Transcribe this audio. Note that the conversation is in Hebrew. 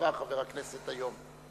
חבר הכנסת היום.